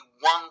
one